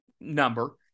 number